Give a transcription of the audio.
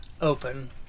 open